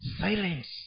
silence